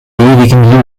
ewigen